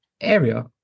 area